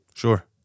Sure